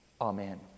Amen